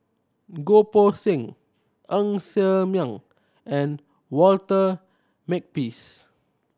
Goh Poh Seng Ng Ser Miang and Walter Makepeace